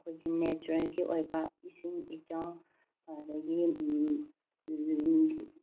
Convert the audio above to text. ꯑꯩꯈꯣꯏꯒꯤ ꯅꯦꯆꯔꯒꯤ ꯑꯣꯏꯕ ꯏꯁꯤꯡ ꯏꯆꯥꯎ ꯑꯗꯒꯤ